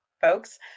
folks